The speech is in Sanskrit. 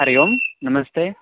हरिः ओं नमस्ते